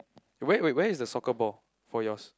wait wait where is the soccer ball for yours